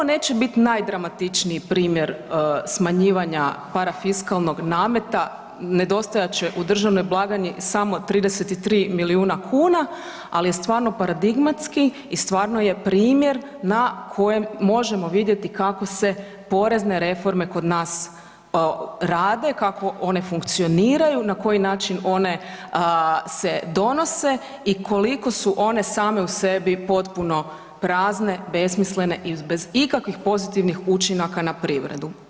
Ovo neće biti najdramatičniji primjer smanjivanja parafiskalnog nameta, nedostajat će u državnoj blagajni samo 33 milijuna kuna ali je stvarno paradigmatski i stvarno je primjer na kojem možemo vidjeti kako se porezne reforme kod nas rade, kako one funkcioniraju, na koji način one se donose i koliko su one same u sebi potpuno prazne, besmislene i bez ikakvih pozitivnih učinaka na privredu.